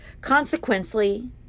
consequently